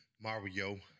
mario